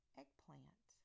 eggplant